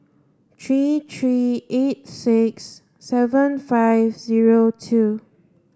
three three eight six seven five zero two